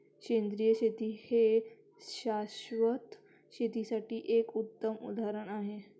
सेंद्रिय शेती हे शाश्वत शेतीसाठी एक उत्तम उदाहरण आहे